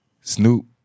Snoop